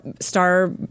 star